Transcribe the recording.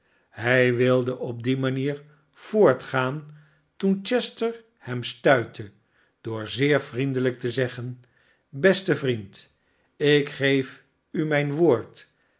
hij wilde op die manier voortgaan toen chester hem stuitte door zeer vriendelijk te zeggen tbeste vriend ik geef u mijn woord